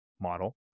model